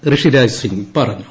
ഋഷിരാജ് സിംഗ് പറഞ്ഞു